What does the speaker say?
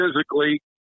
physically